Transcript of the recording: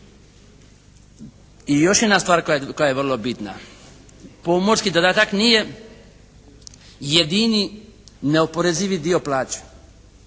I još jedna stvar koja je vrlo bitna. Pomorski dodatak nije jedini neoporezivi dio plaća.